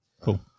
Cool